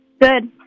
Good